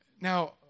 Now